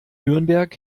nürnberg